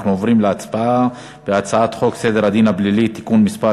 אנחנו עוברים להצבעה על הצעת חוק סדר הדין הפלילי (תיקון מס'